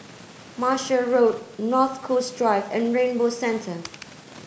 Martia Road North Coast Drive and Rainbow Centre